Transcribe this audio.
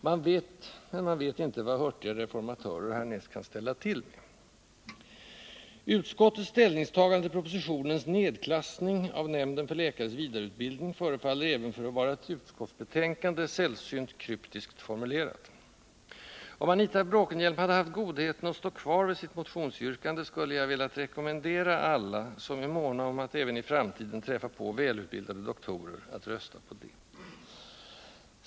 Men man vet inte vad hurtiga reformatörer härnäst kommer att ställa till med. Utskottets ställningstagande till propositionens nedklassning av nämnden för läkares vidareutbildning m.m. förefaller även för att vara ett utskottsbetänkande sällsynt kryptiskt formulerat. Om Anita Bråkenhielm hade haft godheten att stå kvar vid sitt motionsyrkande, skulle jag velat rekommendera alla, som är måna om att även i framtiden träffa på välutbildade doktorer, att rösta på det.